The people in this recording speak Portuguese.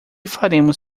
faremos